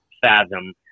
fathom